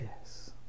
Yes